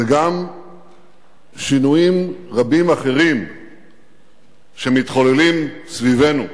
וגם שינויים רבים אחרים שמתחוללים סביבנו,